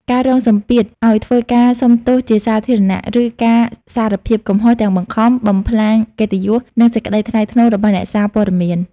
ការរងសម្ពាធឱ្យធ្វើការសុំទោសជាសាធារណៈ ឬការសារភាពកំហុសទាំងបង្ខំ បំផ្លាញកិត្តិយស និងសេចក្តីថ្លៃថ្នូររបស់អ្នកសារព័ត៌មាន។